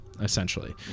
essentially